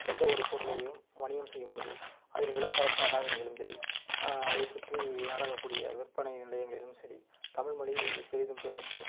எந்த ஒரு பொருளையும் வணிகம் செய்யும்பொழுது அதில் விளம்பர பதாகைகளும் சரி அதை சுற்றி நடக்கக்கூடிய விற்பனை நிலையங்களிலும் சரி தமிழ் மொழி பெரிதும் பேசப்படும்